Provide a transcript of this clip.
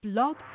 Blog